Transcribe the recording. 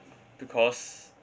because